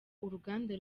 uruganda